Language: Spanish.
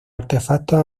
artefactos